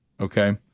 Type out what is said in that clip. Okay